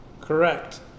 Correct